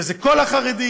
וזה כל החרדים,